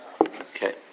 Okay